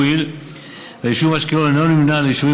הואיל והיישוב אשקלון אינו נמנה עם יישובים